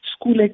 school